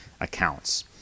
accounts